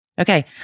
Okay